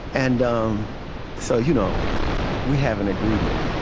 and um so, you know we have an agreement